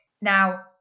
Now